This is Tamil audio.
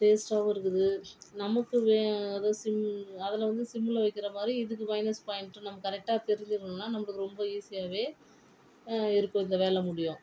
டேஸ்ட்டாகவும் இருக்குது நமக்கு சிம் அதில் வந்து சிம்ல வைக்கிற மாதிரி இதுக்கு மைனஸ் பாயிண்ட் நம்ம கரெக்ட்டாக தெரிஞ்சுக்கணும்னா நம்மளுக்கு ரொம்ப ஈசியாகவே இருக்கும் இந்த வேலை முடியும்